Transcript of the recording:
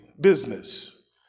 business